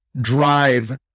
drive